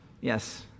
Yes